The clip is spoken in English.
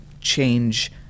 change